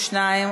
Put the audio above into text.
62,